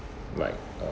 like uh